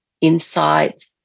insights